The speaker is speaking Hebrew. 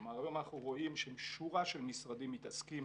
כלומר גם אנחנו רואים שורה של משרדים שמתעסקים